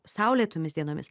saulėtomis dienomis